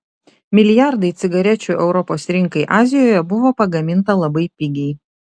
milijardai cigarečių europos rinkai azijoje buvo pagaminta labai pigiai